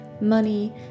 money